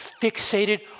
fixated